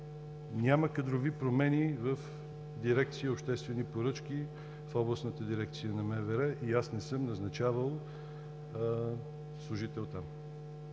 Няма кадрови промени в дирекция „Обществени поръчки“ в Областната дирекция на МВР и аз не съм назначавал служител там.